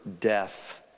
death